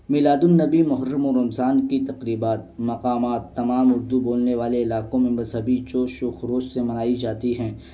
میلاد النبی محرم و رمضان کی تقریبات مقامات تمام اردو بولنے والے علاقوں میں مذہبی چش ش و خروش سے منائی جاتی ہیں